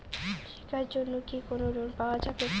শিক্ষার জন্যে কি কোনো লোন পাওয়া যাবে?